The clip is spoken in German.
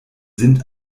sind